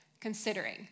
considering